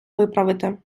виправити